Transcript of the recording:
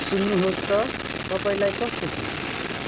सुन्नुहोस् त तपाईँलाई कस्तो छ